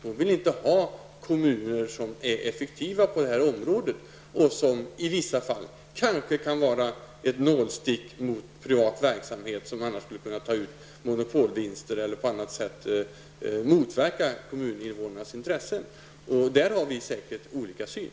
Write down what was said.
Hon vill inte ha kommuner som är effektiva på detta område och som kanske i vissa fall kan vara ett nålstick mot en privat verksamhet som annars skulle kunna ta ut monopolvinster eller på annat sätt motverka kommuninvånarnas intressen. I den frågan har vi säkert olika syn.